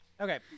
Okay